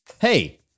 Hey